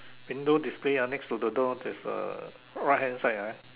window display ah next to the door there's a right hand side ah